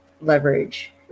leverage